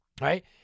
right